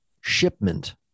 shipment